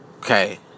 Okay